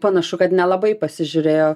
panašu kad nelabai pasižiūrėjo